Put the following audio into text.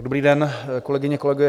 Dobrý den, kolegyně, kolegové.